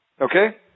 okay